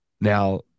now